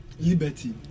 Liberty